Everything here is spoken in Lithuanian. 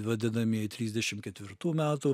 vadinamieji trisdešim ketvirtų metų